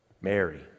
Mary